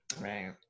Right